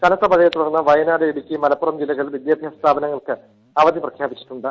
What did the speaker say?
കനത്ത മഴയെത്തുടർന്ന് വയനാട് ഇടുക്കി മലപ്പുറം ജില്ലകളിൽ വിദ്യാഭ്യാസം സ്ഥാപനങ്ങൾക്ക് അവധി പ്രഖ്യാപിച്ചിട്ടുണ്ട്